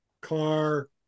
car